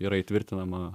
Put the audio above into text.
yra įtvirtinama